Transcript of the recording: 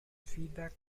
feedback